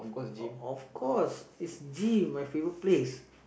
um of of course is gym my favourite place